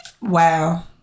wow